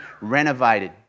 renovated